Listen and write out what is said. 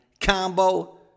combo